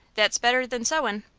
that's better than sewin'.